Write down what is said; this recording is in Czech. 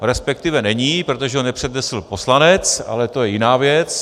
Respektive není, protože ho nepřednesl poslanec, ale to je jiná věc.